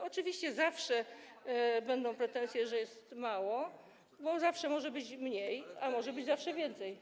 Oczywiście zawsze będą pretensje, że jest mało, bo zawsze może być mniej, a zawsze może być też więcej.